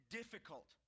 difficult